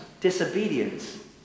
disobedience